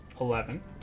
eleven